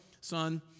son